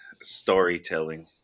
storytelling